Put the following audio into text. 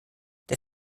der